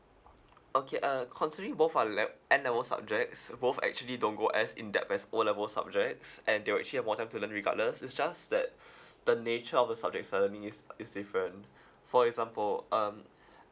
okay uh considering both our le~ N level subjects both actually don't go as in that as O level subjects and they'll actually have more time to learn regardless it's just that the nature of the subject's learning is is different for example um